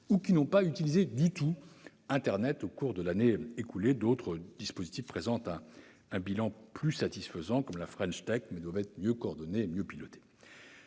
ou qui n'ont absolument pas utilisé internet au cours de l'année écoulée. D'autres dispositifs présentent un bilan bien plus satisfaisant, comme la French Tech, mais doivent être mieux coordonnés et mieux pilotés.